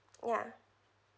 ya